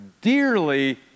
dearly